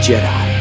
Jedi